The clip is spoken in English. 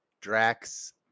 Drax